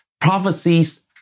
prophecies